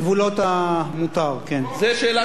זו שאלה של היושב-ראש להגביל פה את קריאות הביניים.